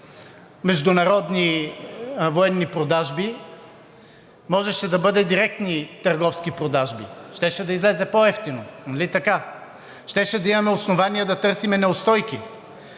международни военни продажби, можеше да бъде директни търговски продажби. Щеше да излезе по-евтино, нали така? Щяхме да имаме основание да търсим неустойки.